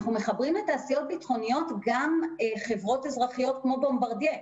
אנחנו מחברים לתעשיות ביטחוניות גם חברות אזרחיות כמו "בומברדייה".